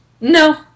no